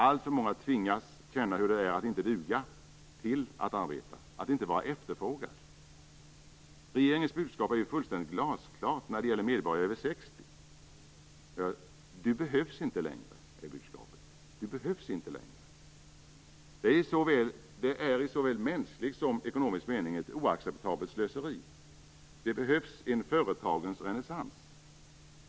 Alltför många tvingas känna hur det är att inte duga till att arbeta, att inte vara efterfrågad. Regeringens budskap är ju fullständigt glasklart när det gäller medborgare över 60 år: Du behövs inte längre. "Du behövs inte längre" är i såväl mänsklig som ekonomisk mening ett oacceptabelt slöseri. Det behövs en företagens renässans.